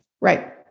Right